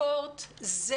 ספורט זה